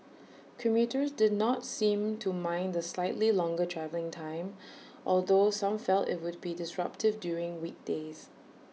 commuters did not seem to mind the slightly longer travelling time although some felt IT would be disruptive during weekdays